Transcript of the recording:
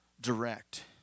direct